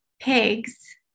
pigs